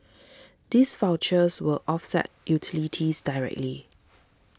these vouchers will offset utilities directly